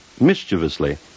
mischievously